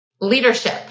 leadership